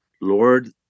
Lord